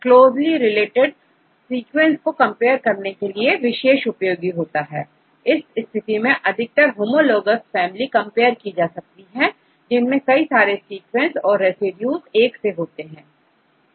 तो यह closely related sequence को कंपेयर करने के लिए विशेष उपयोगी है इस स्थिति में अधिकतर होमोलोगाउज फैमिली कंपेयर की जा सकती है जिनमें कई सारे सीक्वेंस और रेसिड्यूज एक से होते हैं